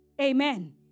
Amen